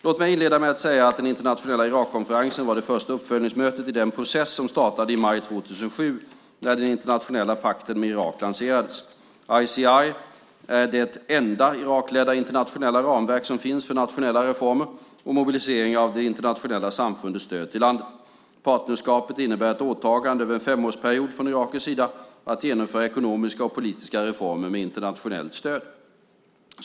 Låt mig inleda med att säga att den internationella Irakkonferensen var det första uppföljningsmötet i den process som startade i maj 2007 när den internationella pakten med Irak, International Compact with Iraq, ICI, lanserades. ICI är det enda Irakledda internationella ramverk som finns för nationella reformer och mobilisering av det internationella samfundets stöd till landet. Partnerskapet innebär ett åtagande över en femårsperiod från irakisk sida att genomföra ekonomiska och politiska reformer med internationellt stöd.